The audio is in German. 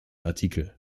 artikel